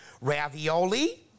Ravioli